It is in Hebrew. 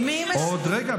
עוד רגע.